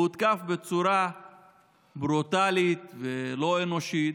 הוא הותקף בצורה ברוטלית ולא אנושית,